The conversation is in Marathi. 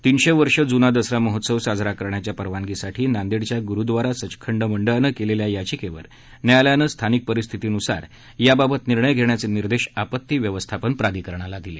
तीनशे वर्ष जुना दसरा महोत्सव साजरा करण्याच्या परवानगीसाठी नांदेडच्या गुरुद्वारा सचखंड मंडळानं केलेल्या याचिकेवर न्यायालयानं स्थानिक परिस्थितीनुसार याबाबत निर्णय घेण्याचे निर्देश आपत्ती व्यवस्थापन प्राधिकरणाला दिले